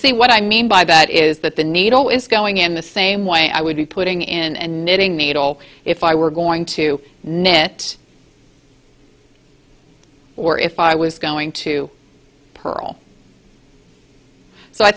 see what i mean by that is that the needle is going in the same way i would be putting in and knitting needle if i were going to knit or if i was going to pearl so i